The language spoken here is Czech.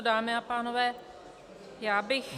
Dámy a pánové, já bych